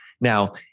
Now